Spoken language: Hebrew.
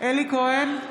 אלי כהן,